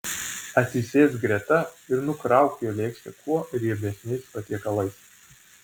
atsisėsk greta ir nukrauk jo lėkštę kuo riebesniais patiekalais